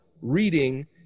reading